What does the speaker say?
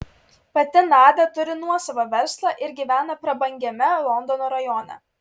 pati nadia turi nuosavą verslą ir gyvena prabangiame londono rajone